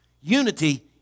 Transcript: Unity